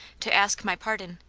to ask my pardon,